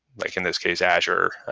like in this case, azure,